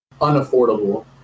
unaffordable